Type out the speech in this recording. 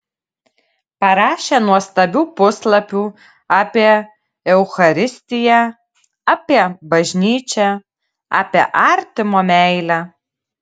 parašė nuostabių puslapių apie eucharistiją apie bažnyčią apie artimo meilę